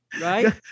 Right